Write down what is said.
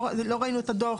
לא ראינו את הדוח.